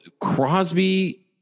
Crosby